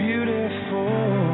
Beautiful